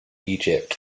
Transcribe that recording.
egypt